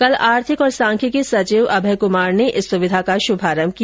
कल आर्थिक और सांख्यिकी सचिव अभय कुमार ने इस सुविधा का शुभारंभ किया